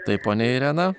tai ponia irena